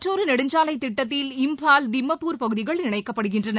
மற்றொரு நெடுஞ்சாலை திட்டத்தில் இம்பால் திம்மப்பூர் பகுதிகள் இணைக்கப்படுகின்றன